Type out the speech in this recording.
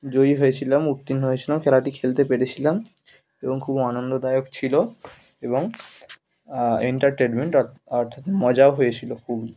জয়ী হয়েছিলাম উত্তীর্ণ হয়েছিলাম খেলাটি খেলতে পেরেছিলাম এবং খুব আনন্দদায়ক ছিল এবং এন্টারটেনমেন্ট অর্থাৎ মজাও হয়েছিল খুব